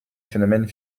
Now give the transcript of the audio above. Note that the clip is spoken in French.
phénomènes